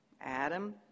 Adam